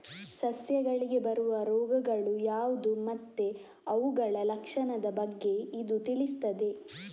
ಸಸ್ಯಗಳಿಗೆ ಬರುವ ರೋಗಗಳು ಯಾವ್ದು ಮತ್ತೆ ಅವುಗಳ ಲಕ್ಷಣದ ಬಗ್ಗೆ ಇದು ತಿಳಿಸ್ತದೆ